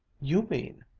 you mean,